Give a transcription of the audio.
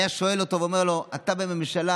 היה שואל אותו ואומר לו: אתה בממשלה.